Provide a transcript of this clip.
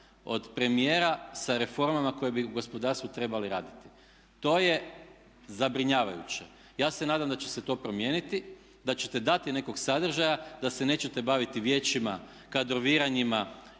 od premijera sa reformama koje bi u gospodarstvu trebali raditi. To je zabrinjavajuće. Ja se nadam da će se to promijeniti, da ćete dati nekog sadržaja, da se nećete baviti vijećima, kadroviranjima